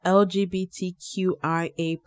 lgbtqia